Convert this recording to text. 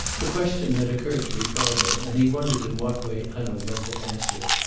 the question had occurred to ricardo, and he wondered in what way hanaud meant to answer it.